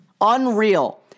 Unreal